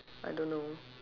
I don't know